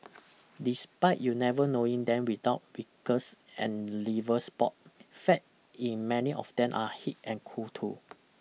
despite you never knowing them without wrinkles and liver spot fact in many of them are hip and cool too